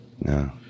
No